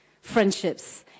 friendships